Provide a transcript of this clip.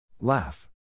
Laugh